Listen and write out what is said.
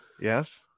yes